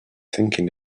thinking